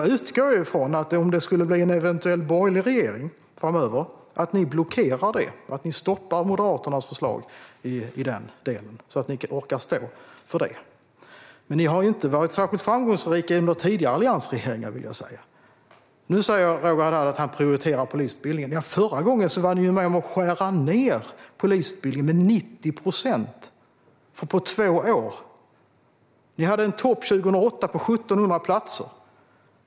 Jag utgår ifrån, om det skulle bli en eventuell borgerlig regering framöver, att ni blockerar det och stoppar Moderaternas förslag i den delen och att ni orkar stå för det. Ni har inte varit särskilt framgångsrika under tidigare alliansregeringar. Nu säger Roger Haddad att ni prioriterar polisutbildningen. Förra gången var ni med om att skära ned polisutbildningen med 90 procent på två år. Ni hade en topp på 2008 på 1 700 platser.